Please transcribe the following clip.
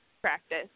practice